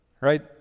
right